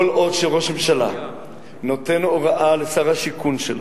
כל עוד ראש ממשלה נותן הוראה לשר השיכון שלו,